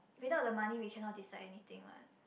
without the money we cannot decide anything what